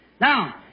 Now